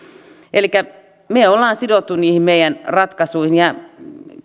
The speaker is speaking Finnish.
elikkä me olemme sidottuja niihin meidän ratkaisuihin ja